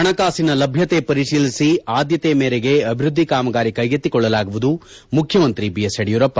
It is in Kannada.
ಪಣಕಾಸಿನ ಲಭ್ಯತೆ ಪರಿಶೀಲಿಸಿ ಆದ್ಯತೆ ಮೇರೆಗೆ ಅಭಿವ್ಯದ್ಧಿ ಕಾಮಗಾರಿ ಕೈಗೆತ್ತಿಕೊಳ್ಳಲಾಗುವುದು ಮುಖ್ಯಮಂತ್ರಿ ಐ ಎಸ್ ಯಡಿಯೂರಪ್ಪ